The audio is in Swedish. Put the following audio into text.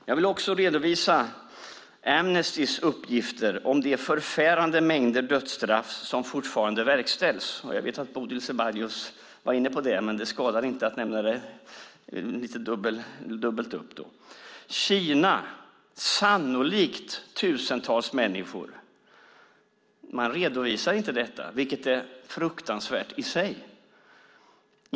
Jag vill ändå redovisa Amnestys uppgifter om de förfärande mängder dödsstraff som fortfarande verkställs. Jag vet att Bodil Ceballos var inne på det, men det skadar inte att nämnas dubbelt upp. I Kina handlar det sannolikt om tusentals människor. Man redovisar inte detta, vilket är fruktansvärt i sig.